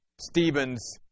Stephen's